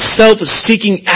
self-seeking